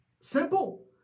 simple